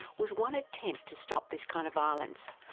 was one attempt to stop this kind of violence,